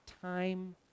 time